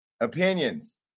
opinions